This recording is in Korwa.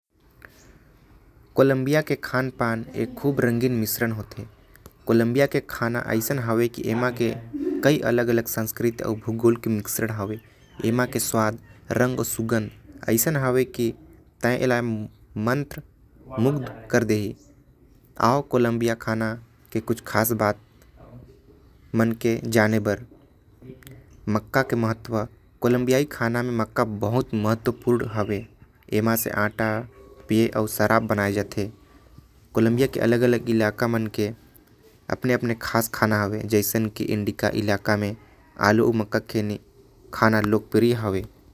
कोलंबिया के खान पान खूब रंगीन मिश्रण होथे। कोलंबियन खाना के रंग अउ सुगन्ध तोके मंत्र मुग्ध कर देहि। मक्का एमन के लिए बहुते महत्वपूर्ण होथे। जेकर से आटा पेय अउ शराब बनाये जाथे। एमन के इंडिका इलाका म मक्का अउ आलू के खाना लोकप्रिय हवे।